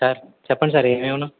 sir చెప్పండి sir ఏంకావాలో